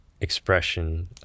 expression